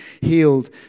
healed